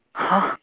!huh!